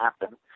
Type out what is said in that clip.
happen